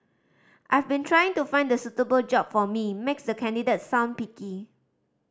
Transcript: I've been trying to find the suitable job for me makes the candidate sound picky